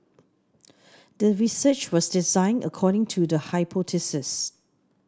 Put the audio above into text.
the research was designed according to the hypothesis